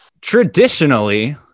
Traditionally